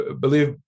believe